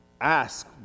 ask